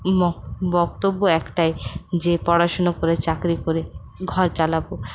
বক্তব্য একটাই যে পড়াশোনা করে চাকরি করে ঘর চালাব